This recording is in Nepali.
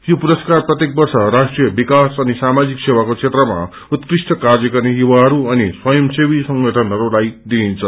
यो पुरस्कार प्रत्येक वर्ष राष्ट्रिय विकास अनि सामजिक सेवाको क्षेत्रामा उत्कृष्ट कार्य गर्ने युवाहरू अनि स्वयंसेवी संगठनहरूलाई दिइन्छ